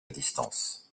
distance